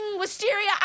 Wisteria